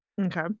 Okay